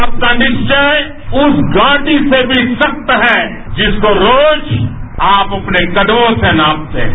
आपका निश्वय उस घाटी से भी सख्त है जिसको रोज आप अपने कदमों से नापते हैं